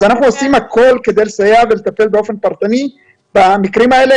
אנחנו עושים הכול כדי לסייע ולטפל באופן פרטני במקרים האלה.